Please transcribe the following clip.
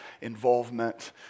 involvement